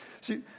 See